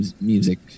music